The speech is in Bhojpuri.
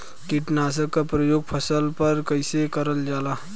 कीटनाशक क प्रयोग फसल पर कइसे करल जाला?